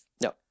No